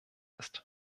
ist